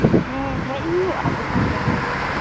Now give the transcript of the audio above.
ᱦᱮᱸ ᱦᱮᱡ ᱦᱩᱭᱩᱜᱼᱟ ᱫᱚᱠᱟᱱ ᱨᱮᱜᱮ